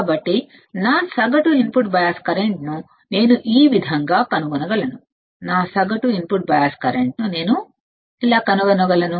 కాబట్టి నా సగటు ఇన్పుట్ బయాస్ కరెంట్ను నేను ఈ విధంగా కనుగొనగలను ఇప్పుడు మరో పదాన్ని చూద్దాం మనం ఇప్పటివరకు చూసినవి ఇన్పుట్ ఆఫ్సెట్ వోల్టేజ్ అప్పుడు మనం ఇన్పుట్ బయాస్ కరెంట్ చూశాము